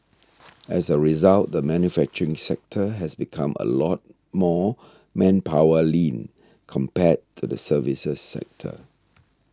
as a result the manufacturing sector has become a lot more manpower lean compared to the services sector